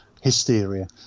hysteria